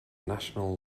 national